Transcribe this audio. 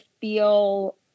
feel